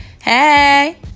hey